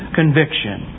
conviction